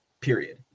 period